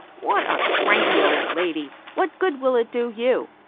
what a cranky old lady! what good will it do you?